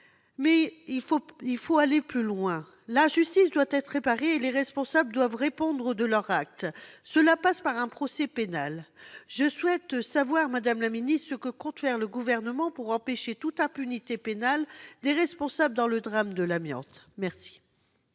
il faut aller plus loin : l'injustice doit être réparée et les responsables doivent répondre de leurs actes. Cela passe par un procès pénal. Je souhaite donc savoir, madame la ministre, ce que compte faire le Gouvernement pour empêcher toute impunité pénale des responsables dans le drame de l'amiante. La